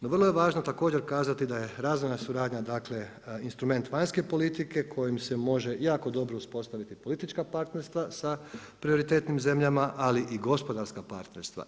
No, vrlo je važno također kazati da je razvojna suradnja, dakle instrument vanjske politike kojim se može jako dobro uspostaviti politička partnerstva sa prioritetnim zemljama, ali i gospodarska partnerstva.